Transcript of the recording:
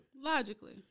Logically